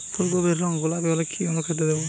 ফুল কপির রং গোলাপী হলে কি অনুখাদ্য দেবো?